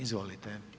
Izvolite.